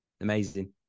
amazing